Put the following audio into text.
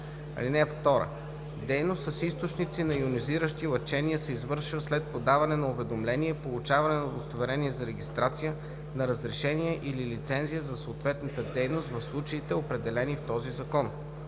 (2) Дейност с източници на йонизиращи лъчения се извършва след подаване на уведомление, получаване на удостоверение за регистрация, на разрешение или лицензия за съответната дейност в случаите, определени в този закон.